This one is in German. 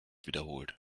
wiederholt